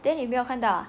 then 你没有看到 ah